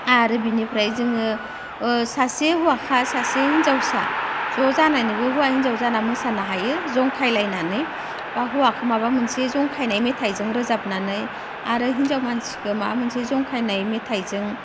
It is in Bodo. आरो बिनिफ्राय जोङो सासे हौवासा सासे हिनजावसा ज' जानानैबो हौवा हिनजाव जानानैबो मोसानो हायो जंखायलायनानै बा हौवाखौ माबा मोनसे जंखायनाय मेथाइजों रोजाबनानै आरो हिनजाव मानसिखो माबा मोनसे जंखायनाय मेथाइजों